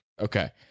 Okay